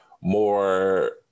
more